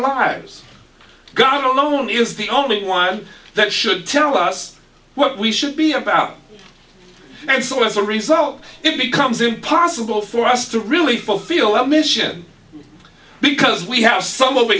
lives god alone is the only one that should tell us what we should be about and so as a result it becomes impossible for us to really fulfill a mission because we have some over